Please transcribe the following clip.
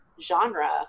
genre